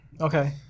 Okay